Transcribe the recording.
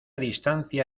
distancia